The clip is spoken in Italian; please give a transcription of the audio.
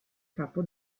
capo